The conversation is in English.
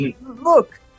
Look